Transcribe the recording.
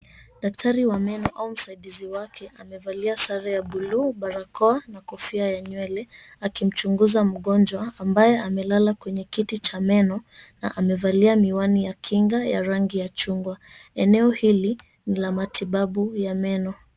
Daktari wa meno au msaidizi wake amevalia sare za buluu na barakoa na kofia ya nywele akimchunguza mgonjwa ambaye amelala kwenye kiti cha meno na amevalia miwani ya kinga yenye rangi ya chungwa, eneo hili ni ya matibabu ya meno.